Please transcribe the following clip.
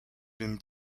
been